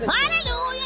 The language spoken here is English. Hallelujah